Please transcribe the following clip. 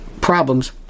problems